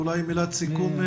מילת סיום.